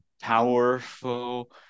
powerful